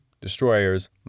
destroyers